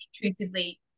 intrusively